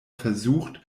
versucht